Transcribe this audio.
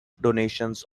donations